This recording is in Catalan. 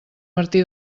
martí